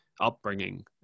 upbringing